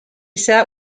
sat